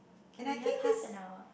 K we have half an hour